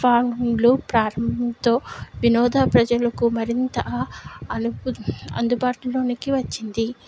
ఫామ్లు ప్రారంభంతో వినోద ప్రజలకు మరింత ఆ అనుభూ అందుబాటులోనికి వచ్చింది